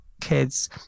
kids